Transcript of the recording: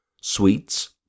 sweets